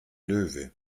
löwe